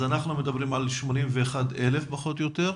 אנחנו מדברים על 81,000 פחות או יותר,